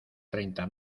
treinta